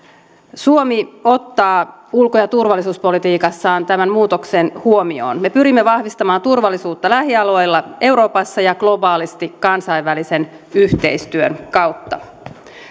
suomi ottaa ulko ja turvallisuuspolitiikassaan tämän muutoksen huomioon me pyrimme vahvistamaan turvallisuutta lähialueilla euroopassa ja globaalisesti kansainvälisen yhteistyön kautta